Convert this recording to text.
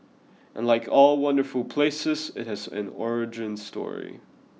and like all wonderful places it has an origin story